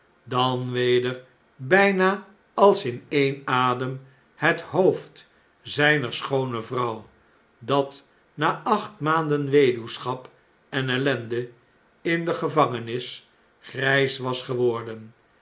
dan weder bijnaalsineenadem het hoofd zijner schoone vrouw dat na acht maanden weduwschap en ellende in degevangenis grjjs was geworden